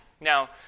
Now